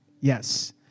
Yes